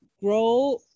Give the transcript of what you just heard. grow